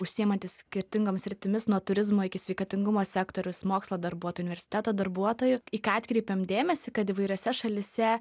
užsiimantys skirtingom sritimis nuo turizmo iki sveikatingumo sektoriaus mokslo darbuotojų ir universiteto darbuotojų į ką atkreipiam dėmesį kad įvairiose šalyse